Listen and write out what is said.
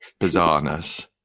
bizarreness